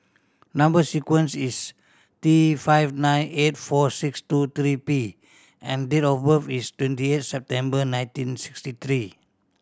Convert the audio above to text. number sequence is T five nine eight four six two three P and date of birth is twenty eight September nineteen sixty three